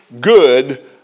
good